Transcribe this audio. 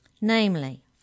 namely